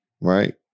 right